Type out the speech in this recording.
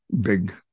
big